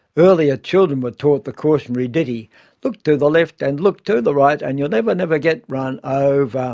earlier, children were taught the cautionary ditty look to the left and look to the right and you'll never, never get run ah over.